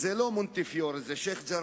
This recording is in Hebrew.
זה לא מונטיפיורי, זה שיח'-ג'ראח.